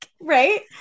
Right